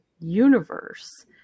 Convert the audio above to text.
universe